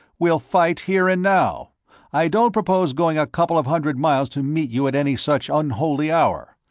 we'll fight here and now i don't propose going a couple of hundred miles to meet you at any such unholy hour.